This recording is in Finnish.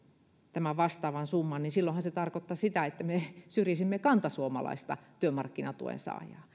tämän vastaavan summan niin silloinhan se tarkoittaisi sitä että me syrjisimme kantasuomalaista työmarkkinatuen saajaa